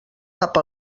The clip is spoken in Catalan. cap